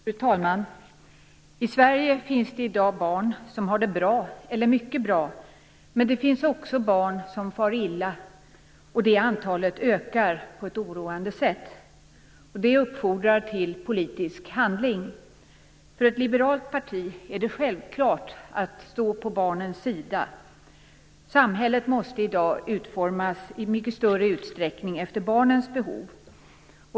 Fru talman! I Sverige finns det i dag barn som har det bra eller mycket bra. Men det finns också barn som far illa, och det antalet ökar på ett oroande sätt. Detta uppfordrar till politisk handling. För ett liberalt parti är det självklart att stå på barnens sida. Samhället måste i dag utformas i mycket större utsträckning efter barnens behov.